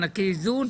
זה לא הרשתות.